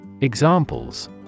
Examples